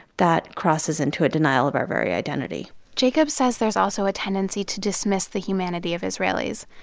that crosses into a denial of our very identity jacobs says there's also a tendency to dismiss the humanity of israelis,